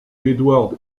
edward